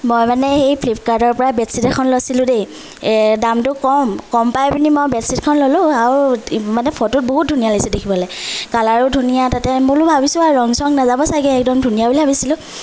মই মানে হেৰি ফ্লিপকাৰ্টৰ পৰা বেডশ্বিট এখন লৈছিলোঁ দেই দামটো কম কম পাই পেনি মই বেডশ্বিটখন ল'লো আৰু মানে ফটোত বহুত ধুনীয়া লাগিছে দেখিবলৈ কালাৰো ধুনীয়া তাতে বোলো ভাবিছোঁ আৰু ৰং চং নাযাব ছাগে একদম ধুনীয়া বুলি ভাবিছিলোঁ